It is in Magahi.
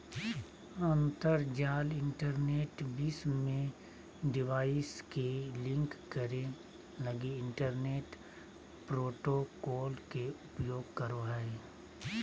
अंतरजाल इंटरनेट विश्व में डिवाइस के लिंक करे लगी इंटरनेट प्रोटोकॉल के उपयोग करो हइ